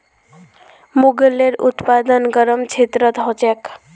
मूंगेर उत्पादन गरम क्षेत्रत ह छेक